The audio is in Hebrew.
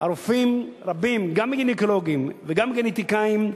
רופאים רבים, גם גינקולוגים, וגם גנטיקאים,